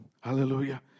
Hallelujah